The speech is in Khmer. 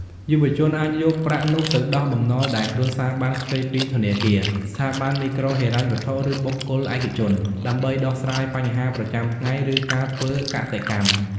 យុវជនអាចយកប្រាក់នោះទៅដោះបំណុលដែលគ្រួសារបានខ្ចីពីធនាគារ ស្ថាប័នមីក្រូហិរញ្ញវត្ថុ ឬបុគ្គលឯកជន ដើម្បីដោះស្រាយបញ្ហាប្រចាំថ្ងៃ ឬការធ្វើកសិកម្ម។